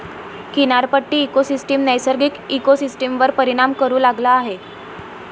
किनारपट्टी इकोसिस्टम नैसर्गिक इकोसिस्टमवर परिणाम करू लागला आहे